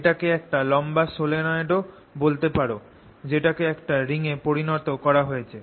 এটাকে একটা লম্বা সলিনয়ড ও বলতে পার যেটাকে একটা রিং এ পরিনত করা হয়েছে